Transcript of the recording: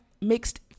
mixed